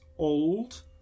Old